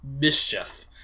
mischief